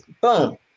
Boom